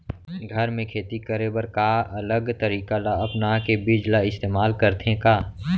घर मे खेती करे बर का अलग तरीका ला अपना के बीज ला इस्तेमाल करथें का?